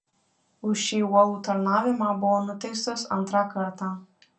už šį uolų tarnavimą buvo nuteistas antrą kartą